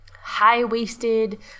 high-waisted